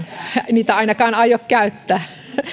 niitä ainakaan aio käyttää